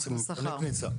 לשכר.